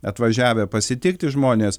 atvažiavę pasitikti žmonės